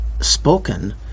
spoken